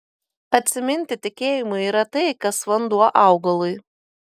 atsiminti tikėjimui yra tai kas vanduo augalui